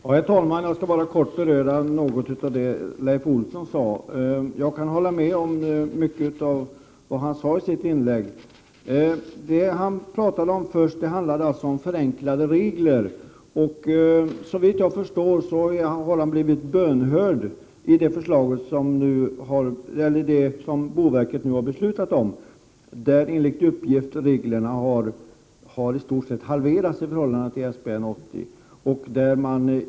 Herr talman! Jag skall kortfattat beröra något av det som Leif Olsson sade. Jag kan hålla med om mycket av det som han anförde Han talade först om förenklade regler. Såvitt jag förstår har han blivit bönhörd genom boverkets beslut. Enligt detta beslut har antalet regler halverats i förhållande till SBN 1980.